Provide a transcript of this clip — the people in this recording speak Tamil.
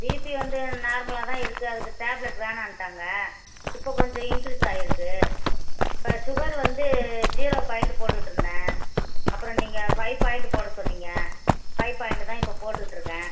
பிபி வந்து நார்மலாக தான் இருக்குது அதுக்கு டேப்லெட் வேணான்ட்டாங்க இப்போ கொஞ்சம் இன்க்ரீஸ் ஆகிருக்கு இப்போ ஷுகர் வந்து ஜீரோ பாயிண்ட் போட்டுகிட்ருந்தேன் அப்புறம் நீங்கள் ஃபை பாயிண்ட் போட சொன்னீங்கள் ஃபை பாயிண்ட்டு தான் இப்போ போட்டுகிட்ருக்கேன்